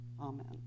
Amen